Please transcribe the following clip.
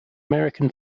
american